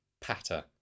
patter